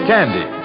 Candy